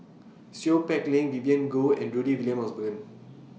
Seow Peck Leng Vivien Goh and Rudy William Mosbergen